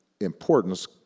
importance